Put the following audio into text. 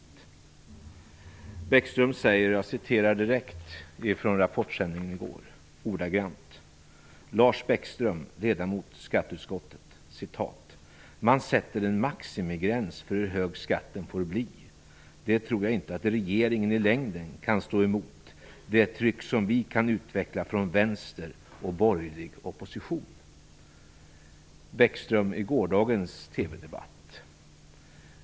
Lars Bäckström, ledamot i skatteutskottet, sade så här i Rapporten i går: Man sätter en maximigräns för hur hög skatten får bli. Jag tror inte att regeringen i längden kan stå emot det tryck som vi kan utveckla från Vänstern och borgerlig opposition. Så långt Lars Bäckström i gårdagens TV-debatt.